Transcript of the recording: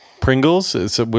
Pringles